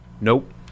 Nope